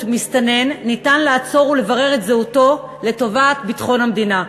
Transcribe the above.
מסתנן ניתן לעצור אותו ולברר את זהותו לטובת ביטחון המדינה.